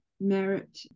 merit